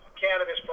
cannabis